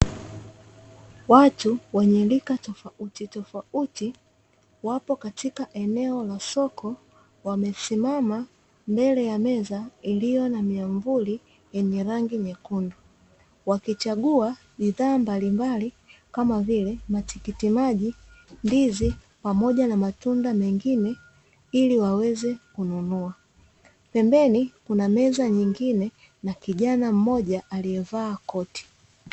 Watu wenye rika tofauti tofauti wapo katika eneo la soko wamesimama mbele ya meza, iliyo na miamvuli yenye rangi nyekundu. Wakichagua bidhaa mbalimbali kama vile matikitiki maji, ndizi pamoja na matunda mengine Ili waweze kununua. Pembeni kuna meza nyingine na kijana mmoja alievaa koti.